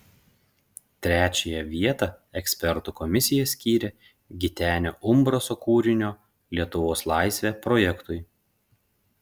trečiąją vietą ekspertų komisija skyrė gitenio umbraso kūrinio lietuvos laisvė projektui